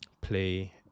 play